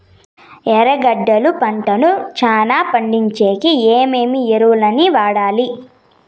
ఎర్రగడ్డలు పంటను చానా పండించేకి ఏమేమి ఎరువులని వాడాలి?